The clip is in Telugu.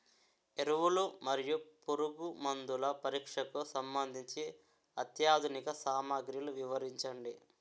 ఎరువులు మరియు పురుగుమందుల పరీక్షకు సంబంధించి అత్యాధునిక సామగ్రిలు వివరించండి?